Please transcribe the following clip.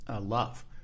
love